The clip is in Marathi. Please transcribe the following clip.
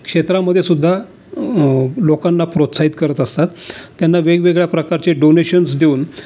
क्षेत्रामध्येसुद्धा लोकांना प्रोत्साहित करत असतात त्यांना वेगवेगळ्या प्रकारचे डोनेशन्स देऊन